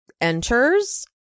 enters